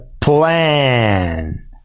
plan